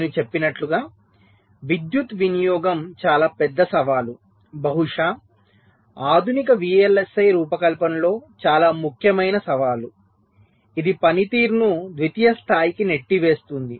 నేను చెప్పినట్లుగా విద్యుత్ వినియోగం చాలా పెద్ద సవాలు బహుశా ఆధునిక VLSI రూపకల్పనలో చాలా ముఖ్యమైన సవాలు ఇది పనితీరును ద్వితీయ స్థాయికి నెట్టివేస్తోంది